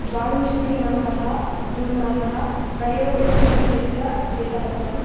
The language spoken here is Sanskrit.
द्वाविंशतिदिनाङ्कः जून् मासः त्रयोविंशत्यधिकद्विसहस्रं